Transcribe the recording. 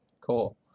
Cool